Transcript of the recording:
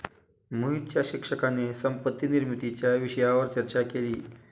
मोहितच्या शिक्षकाने संपत्ती निर्मितीच्या विषयावर चर्चा केली